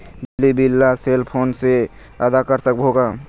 बिजली बिल ला cell phone से आदा कर सकबो का?